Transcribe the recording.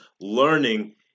learning